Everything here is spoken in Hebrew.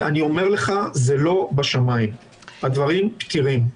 ואני אומר לך, זה לא בשמיים, הדברים פתירים.